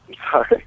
Hi